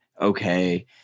okay